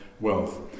wealth